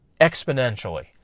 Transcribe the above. exponentially